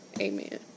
Amen